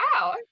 wow